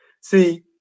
see